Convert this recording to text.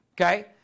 okay